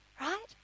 right